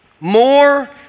more